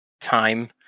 time